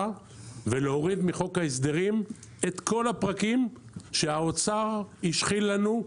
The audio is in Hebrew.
ולהוריד מחוק ההסדרים את כל הפרקים שהאוצר השחיל לנו פנימה,